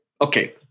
okay